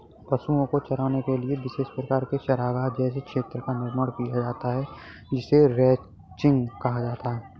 पशुओं को चराने के लिए विशेष प्रकार के चारागाह जैसे क्षेत्र का निर्माण किया जाता है जिसे रैंचिंग कहा जाता है